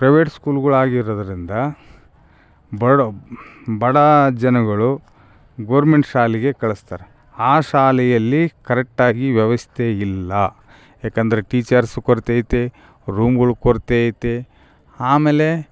private ಸ್ಕೂಲ್ಗಳ್ ಆಗಿರೋದರಿಂದ ಬಡ ಬಡ ಜನಗಳು ಗೊರ್ಮೆಂಟ್ ಶಾಲೆಗೆ ಕಳಿಸ್ತಾರ ಆ ಶಾಲೆಯಲ್ಲಿ ಕರೆಟ್ಟಾಗಿ ವ್ಯವಸ್ಥೆ ಇಲ್ಲ ಯಾಕಂದರೆ ಟೀಚರ್ಸ್ ಕೊರತೆ ಐತೆ ರೂಮ್ಗಳು ಕೊರತೆ ಐತೆ ಆಮೇಲೆ